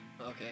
Okay